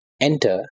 Enter